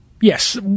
Yes